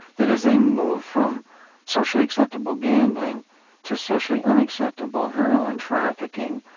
that as a move from socially acceptable gambling to socially unacceptable heroin trafficking,